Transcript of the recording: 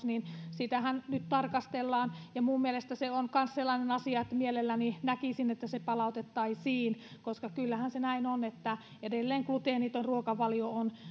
niin sitähän nyt tarkastellaan minun mielestäni se on kanssa sellainen asia että mielelläni näkisin että se palautettaisiin koska kyllähän se näin on että edelleen gluteeniton ruokavalio on